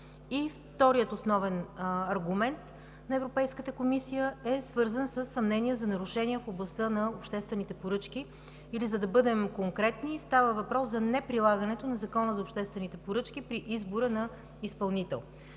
Вторият основен аргумент на Европейската комисия е свързан със съмнения за нарушения в областта на обществените поръчки или, за да бъдем конкретни, става въпрос за неприлагането на Закона за обществените поръчки при избора на изпълнител.